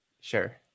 Sure